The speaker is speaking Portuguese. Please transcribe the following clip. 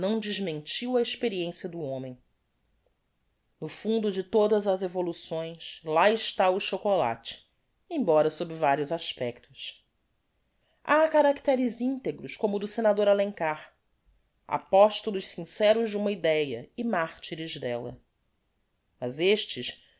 desmentio a experiencia do homem no fundo de todas as evoluções lá está o chocolate embora sob varios aspectos ha caracteres integros como o do senador alencar apostolos sinceros de uma idéa e martyres della mas estes